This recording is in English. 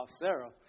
Sarah